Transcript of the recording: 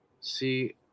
See